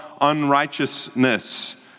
unrighteousness